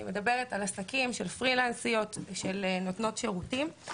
אני מדברת על עסקים של פרילנסיות ושל נותנות שירותים.